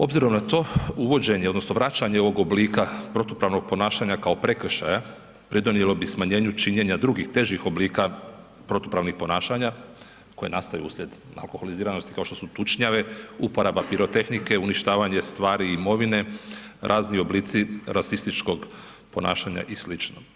Obzirom na to, uvođenje odnosno vraćanje ovog oblika protupravnog ponašanja kao prekršaja pridonijelo bi smanjenju činjenja drugih težih oblika protupravnih ponašanja koje nastaju uslijed alkoholiziranosti kao što su tučnjave, uporaba pirotehnike, uništavanje stvari i imovine, razni oblici rasističkog ponašanja i slično.